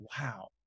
wow